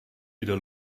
wieder